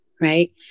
right